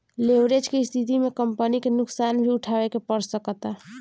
leverage के स्थिति में कंपनी के नुकसान भी उठावे के पड़ सकता